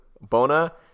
Bona